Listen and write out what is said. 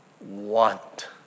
want